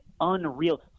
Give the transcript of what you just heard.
unreal